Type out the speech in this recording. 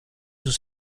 sus